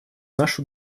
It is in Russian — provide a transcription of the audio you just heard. нашу